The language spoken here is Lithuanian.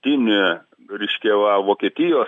kinija ryškėja o vokietijos